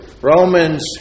Romans